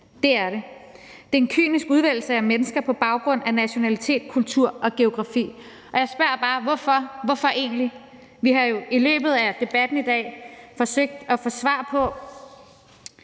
det er det. Det er en kynisk udvælgelse af mennesker på baggrund af nationalitet, kultur og geografi. Og jeg spørger bare: Hvorfor egentlig? Vi har jo i løbet af debatten i dag forsøgt at få svar på